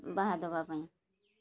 ବାହା ଦେବାପାଇଁ